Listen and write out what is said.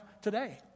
today